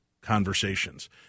conversations